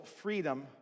freedom